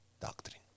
doctrine